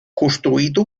costruito